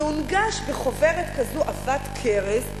זה הונגש בחוברת כזו עבת כרס,